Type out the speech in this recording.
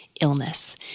illness